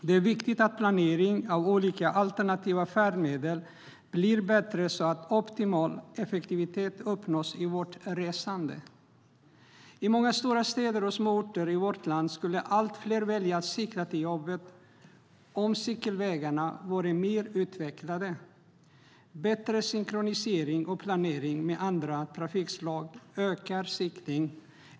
Det är viktigt att planering av olika alternativa färdmedel blir bättre så att vi uppnår optimal effektivitet i vårt resande. I många stora städer och på många små orter i vårt land skulle allt fler välja att cykla till jobbet om cykelvägarna vore mer utvecklade. Bättre planering och synkronisering med andra trafikslag ökar cykling.